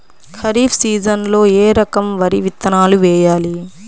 ఖరీఫ్ సీజన్లో ఏ రకం వరి విత్తనాలు వేయాలి?